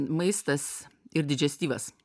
maistas ir didžiastyvas